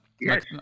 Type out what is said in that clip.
Yes